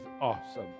awesome